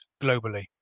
globally